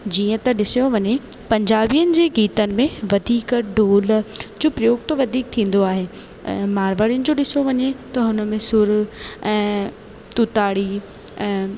जीअं त ॾिसो वञे पंजाबियुनि जी गीतनि में वधीक ढोल जो प्रयोग त वधीक थींदो आहे ऐं मारवाड़ी जो ॾिसो वञे त हुन में सुर ऐं तुताड़ी ऐं